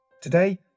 Today